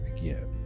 again